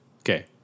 Okay